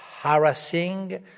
harassing